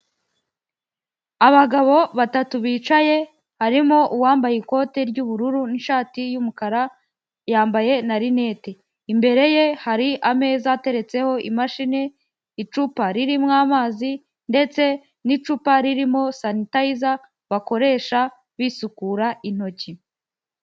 Abagabo batatu bicaye harimo uwambaye ikote ry'ubururu n'ishati y'umukara yambaye na rinete, imbere ye hari ameza ateretseho imashini, icupa ririmo amazi ndetse n'icupa ririmo sanitayiza bakoresha bisukura intoki.